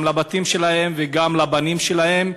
גם לבתים שלהם וגם לבנים שלהם,